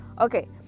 Okay